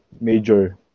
major